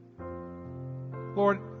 Lord